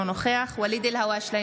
אינו נוכח ואליד אלהואשלה,